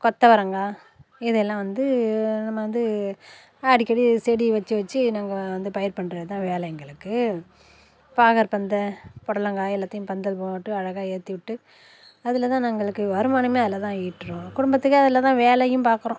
கொத்தவரங்காய் இதெல்லாம் வந்து நம்ம வந்து அடிக்கடி செடி வச்சி வச்சி நாங்கள் வந்து பயிர் பண்ணுறது தான் வேலை எங்களுக்கு பாகற் பந்தல் புடலங்கா எல்லாத்தையும் பந்தல் போட்டு அழகாக ஏற்றிவிட்டு அதில் தான் எங்களுக்கு வருமானம் அதில் தான் ஈட்டுறோம் குடும்பத்துக்கு அதில் தான் வேலையும் பார்க்கறோம்